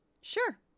Sure